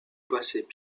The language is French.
passaient